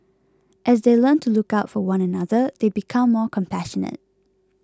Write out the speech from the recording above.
as they learn to look out for one another they become more compassionate